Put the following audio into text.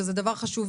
שזה דבר חשוב,